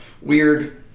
weird